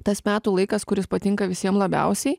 tas metų laikas kuris patinka visiem labiausiai